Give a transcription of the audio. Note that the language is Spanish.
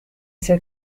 ser